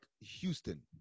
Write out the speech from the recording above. Houston